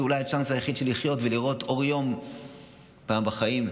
זה אולי הצ'אנס היחיד שלה לחיות ולראות אור יום פעם בחיים.